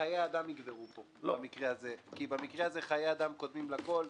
חיי אדם יגברו פה כי במקרה הזה חיי אדם קודמים לכול,